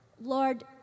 Lord